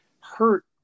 hurt